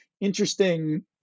interesting